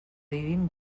vivim